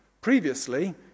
Previously